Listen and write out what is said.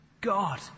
God